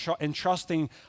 entrusting